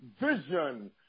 Vision